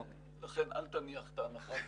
לכן, אל תניח את ההנחה הזו.